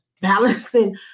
balancing